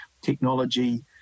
technology